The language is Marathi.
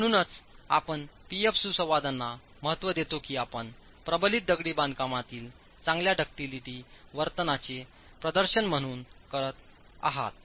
म्हणूनच आपण P M सुसंवादांना महत्त्व देता की आपण प्रबलित दगडी बांधकामातील चांगल्या डक्टीलिटी वर्तनाचे प्रदर्शन म्हणून करत आहात